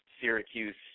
Syracuse